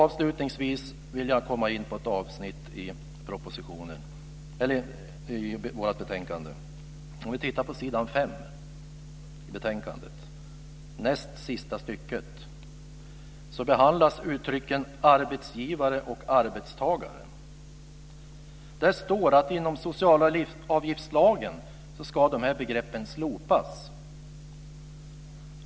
Avslutningsvis vill jag nämna ett avsnitt i betänkandet. På s. 5 i betänkandet, näst sista stycket, behandlas uttrycken arbetsgivare och arbetstagare. Där står det att dessa begrepp ska slopas inom socialavgiftslagen.